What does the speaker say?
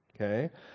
Okay